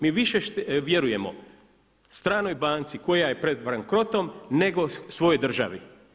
Mi više vjerujemo stranoj banci koja je pred bankrotom nego svojoj državi.